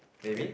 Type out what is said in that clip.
maybe